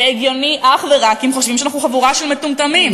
זה הגיוני אך ורק אם חושבים שאנחנו חבורה של מטומטמים.